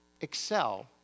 excel